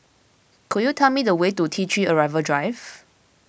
could you tell me the way to T three Arrival Drive